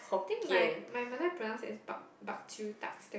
think my my mother pronounce it as bak bak chew tak stamp